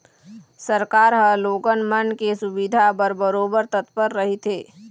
सरकार ह लोगन मन के सुबिधा बर बरोबर तत्पर रहिथे